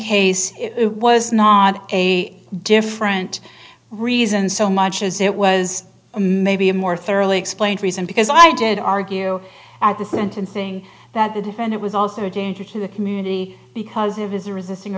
case it was not a different reason so much as it was a maybe a more thoroughly explained reason because i did argue at the sentencing that the defendant was also a danger to the community because of his resisting